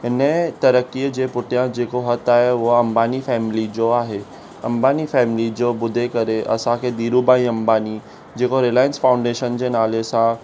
इन्हीअ तरक़ीअ जे पुठियां जेको हथु आहे उहा अंबानी फैमिली जो आहे अंबानी फैमिली जो ॿुधे करे असांखे धीरू भाई अंबानी जेको रिलायंस फाउंडेशन जे नाले सां